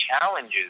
challenges